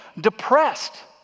depressed